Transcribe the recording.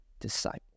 disciple